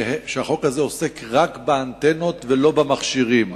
חוק שעוסק רק באנטנות ולא במכשירים?